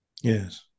Yes